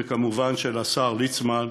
וכמובן של השר ליצמן,